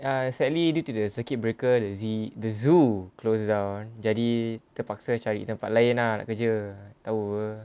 err sadly due to the circuit breaker the zi~ the zoo closed down jadi terpaksa cari tempat lain lah nak kerja [tau] err